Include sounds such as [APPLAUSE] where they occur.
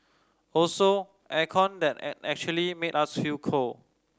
also air con that [UNINTELLIGIBLE] actually made us feel cold